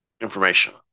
information